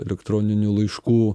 elektroninių laiškų